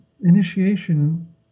Initiation